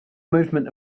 movement